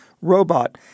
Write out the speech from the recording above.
robot